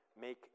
make